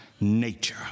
nature